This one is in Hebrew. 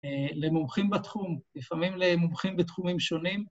למומחים בתחום, לפעמים למומחים בתחומים שונים.